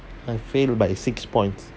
I fail by six points